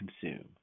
consume